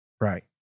Right